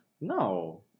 no